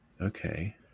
Okay